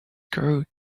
crook